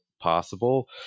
possible